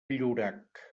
llorac